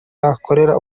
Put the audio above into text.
yakorera